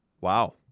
Wow